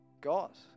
God